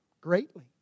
greatly